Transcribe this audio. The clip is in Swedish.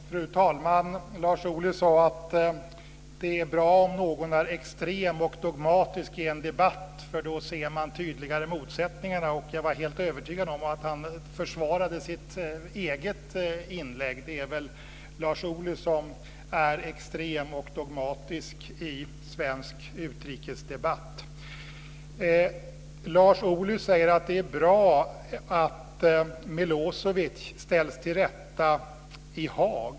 Fru talman! Lars Ohly sade att det är bra om någon är extrem och dogmatisk i en debatt, för då ser man tydligare motsättningarna. Jag var helt övertygad om att han försvarade sitt eget inlägg. Det är väl Lars Ohly som är extrem och dogmatisk i svensk utrikesdebatt. Lars Ohly säger att det är bra att Milo evic ställs inför rätta i Haag.